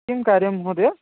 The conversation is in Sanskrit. किं कार्यं महोदय